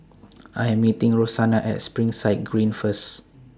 I Am meeting Rosanna At Springside Green First